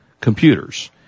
computers